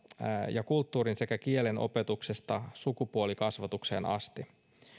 ja kulttuurin sekä kielen opetuksesta sukupuolikasvatukseen asti